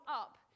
up